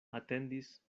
atendis